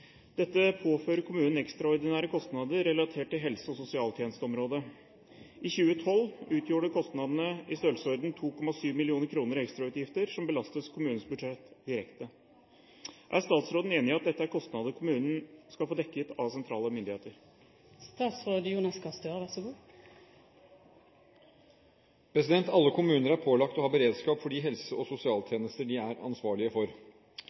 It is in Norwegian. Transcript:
påfører kommunen ekstraordinære kostnader relatert til helse- og sosialtjenesteområdet. I 2012 utgjorde kostnadene 2,7 mill. kr i ekstrautgifter som belastes kommunens budsjett direkte. Er statsråden enig i at dette er kostnader kommunen skal få dekket av sentrale myndigheter?» Alle kommuner er pålagt å ha beredskap for de helse- og sosialtjenester de er ansvarlige for.